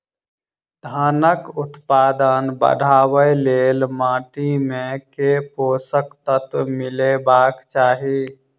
धानक उत्पादन बढ़ाबै लेल माटि मे केँ पोसक तत्व मिलेबाक चाहि?